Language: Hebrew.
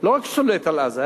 לא רק שולט על עזה,